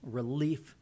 relief